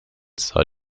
sah